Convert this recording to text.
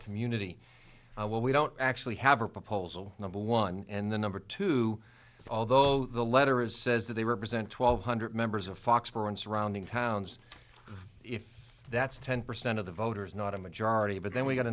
community i well we don't actually have a proposal number one and the number two although the letter is says that they represent twelve hundred members of foxboro and surrounding towns if that's ten percent of the voters not a majority but then we got